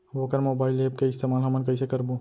वोकर mobile app के इस्तेमाल हमन कइसे करबो?